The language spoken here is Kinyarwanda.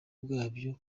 bwabyo